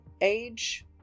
age